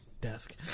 desk